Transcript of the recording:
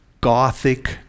Gothic